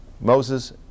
Moses